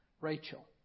Rachel